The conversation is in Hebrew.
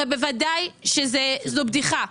זו בדיחה.